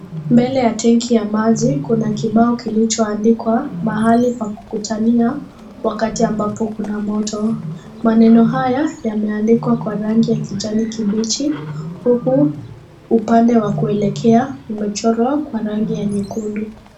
Mbele ya tangi ya maji kuna kibao kilichoandikwa mahali pa kukutania wakati ambapo kuna moto. Maneno haya yameandikwa kwa rangi ya kijani kibichi huku upande wa kuelekea umechorwa kwa rangi ya nyekundu.